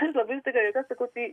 aš labai tada jokiuos sakau tai